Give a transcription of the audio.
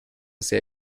sehr